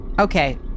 Okay